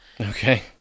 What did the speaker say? Okay